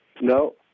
no